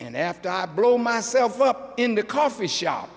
and after i broke myself up in the coffee shop